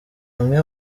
amwe